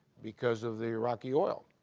because of the iraqi oil